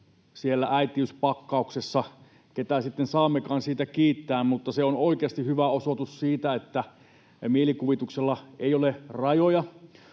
siellä äitiyspakkauksessa — ketä sitten saammekaan siitä kiittää — on oikeasti hyvä osoitus siitä, että mielikuvituksella ei ole rajoja.